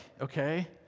Okay